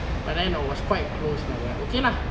but then I was quite close lah but okay lah